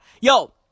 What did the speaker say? Yo